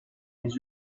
les